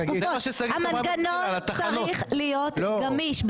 המנגנון צריך להיות גמיש,